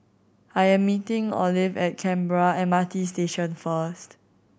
I am meeting Olive at Canberra M R T Station first